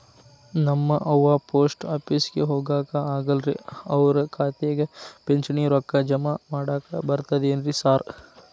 ನಮ್ ಅವ್ವ ಪೋಸ್ಟ್ ಆಫೇಸಿಗೆ ಹೋಗಾಕ ಆಗಲ್ರಿ ಅವ್ರ್ ಖಾತೆಗೆ ಪಿಂಚಣಿ ರೊಕ್ಕ ಜಮಾ ಮಾಡಾಕ ಬರ್ತಾದೇನ್ರಿ ಸಾರ್?